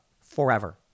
forever